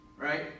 Right